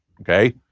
okay